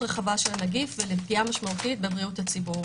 רחבה של הנגיף ולפגיעה משמעותית בבריאות הציבור.